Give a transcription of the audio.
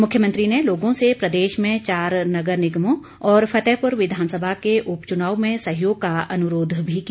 मुख्यमंत्री ने लोगों से प्रदेश में चार नगर निगमों और फतेहपुर विधानसभा के उपचुनाव में सहयोग का अनुरोध भी किया